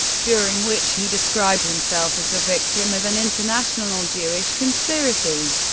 during which he described himself as the victim of an international jewish conspiracy.